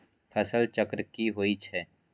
फसल चक्र की होई छै?